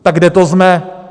Tak kde to jsme?